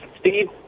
Steve